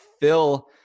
Phil